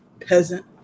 Peasant